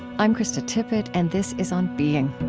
i'm krista tippett, and this is on being